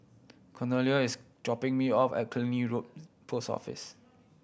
Cornelia is dropping me off at Killiney Road Post Office